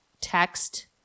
text